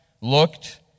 looked